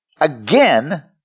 again